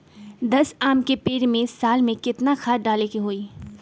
दस आम के पेड़ में साल में केतना खाद्य डाले के होई?